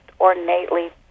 ornately